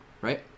right